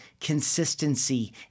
consistency